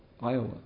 Iowa